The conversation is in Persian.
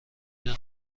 دونم